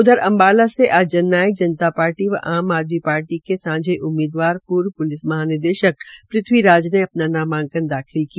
उध्य अम्बाला से आज जन नायक जनता पार्टी व आम आदमी पार्टी के सांझे उम्मीदवार पूर्व महानिदेशक पृथ्वी राज ने अपना नामांकन दाखिल किया